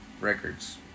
records